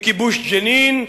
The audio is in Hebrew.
מכיבוש ג'נין.